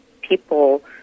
people